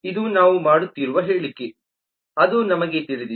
ಇದು ನಾವು ಮಾಡುತ್ತಿರುವ ಹೇಳಿಕೆ ಅದು ನಮಗೆ ತಿಳಿದಿದೆ